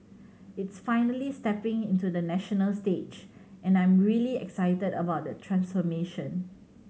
it's finally stepping into the national stage and I'm really excited about the transformation